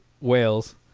Wales